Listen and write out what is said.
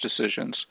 decisions